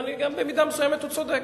ובמידה מסוימת הוא גם צודק.